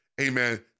Amen